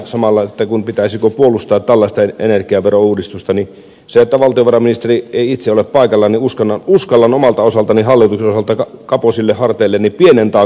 samalla sanon siitä pitäisikö puolustaa tällaista energiaverouudistusta että kun valtiovarainministeri ei itse ole paikalla uskallan hallituksen osalta kapoisille harteilleni pienen taakan siitä ottaa